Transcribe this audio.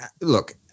look